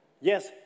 Yes